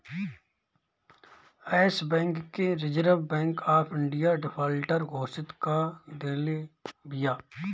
एश bank के Reserve Bank of India defaulter घोषित कअ देले बिया